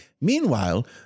meanwhile